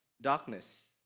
darkness